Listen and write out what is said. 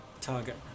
target